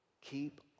keep